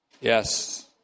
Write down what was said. Yes